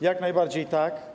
Jak najbardziej tak.